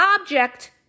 object